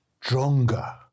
stronger